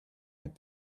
had